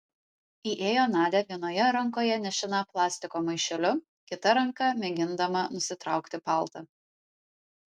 įėjo nadia vienoje rankoje nešina plastiko maišeliu kita ranka mėgindama nusitraukti paltą